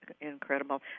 Incredible